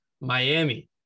Miami